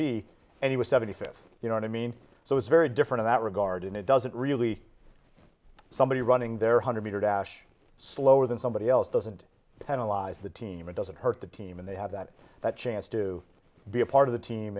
be and he was seventy fifth you know what i mean so it's very different in that regard and it doesn't really somebody running their hundred meter dash slower than somebody else doesn't penalize the team it doesn't hurt the team and they have that that chance to be a part of the team